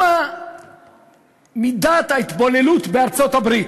מהי מידת ההתבוללות בארצות-הברית?